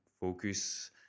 focus